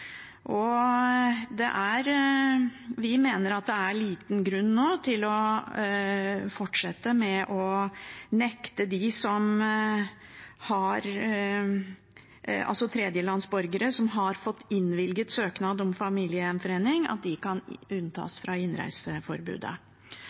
Vi mener at det er liten grunn nå til å fortsette med å unnta tredjelandsborgere som har fått innvilget søknad om familiegjenforening,